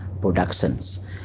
productions